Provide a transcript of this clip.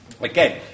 Again